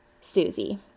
Susie